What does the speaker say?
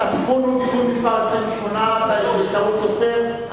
התיקון הוא מס' 28. התיקון הוא תיקון מס' 28 וזאת טעות סופר.